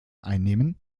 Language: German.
einnehmen